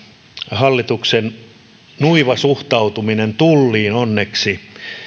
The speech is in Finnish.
hallituksen nuiva suhtautuminen tulliin onneksi